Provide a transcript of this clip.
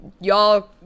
y'all